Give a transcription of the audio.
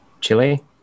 Chile